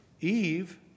Eve